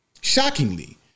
Shockingly